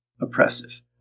oppressive